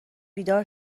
بیدار